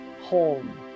home